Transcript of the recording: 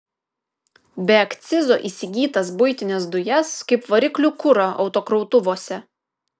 be akcizo įsigytas buitines dujas kaip variklių kurą autokrautuvuose